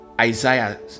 Isaiah